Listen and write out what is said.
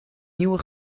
nieuwe